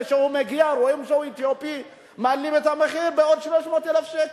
כשהוא מגיע ורואים שהוא אתיופי מעלים את המחיר בעוד 300,000 שקל.